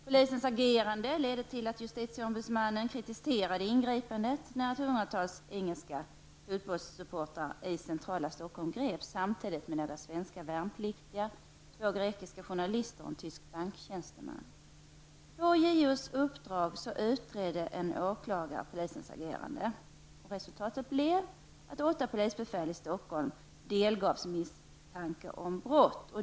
Polisens agerande ledde till att justitieombudsmannen kritiserade gripandet av hundratals engelska fotbollssupportrar i centrala Stockholm. Samtidigt greps några svenska värnpliktiga, två grekiska journalister och en tysk banktjänsteman. På JOs uppdrag utredde en åklagare polisens agerande. Resultatet blev att åtta polisbefäl i Stockholm delgavs misstanke om brott.